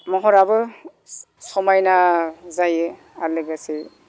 महराबो समायना जायो आरो लोगोसे